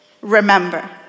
Remember